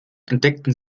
entdeckten